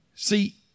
See